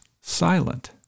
silent